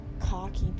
cocky